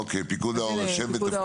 אוקיי, פיקוד העורף.